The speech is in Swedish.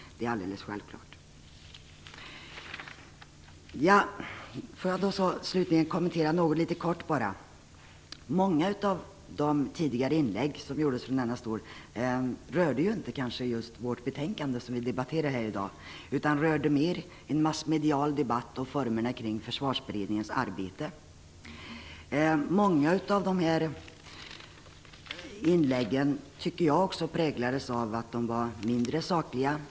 Det är alldeles självklart. Många av de inlägg som gjorts tidigare från denna stol rörde inte just det betänkande vi debatterar här i dag utan mer en massmedial debatt om formerna kring Försvarsberedningens arbete. Jag tycker att många av dessa inlägg var mindre sakliga.